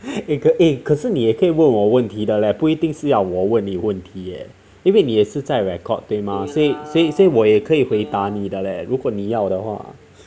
eh eh 可是你也可以问我问题的 leh 不一定是我问你问题 eh 因为你也是在 record 对吗所以所以所以我也可以回答你的咧如果你要的话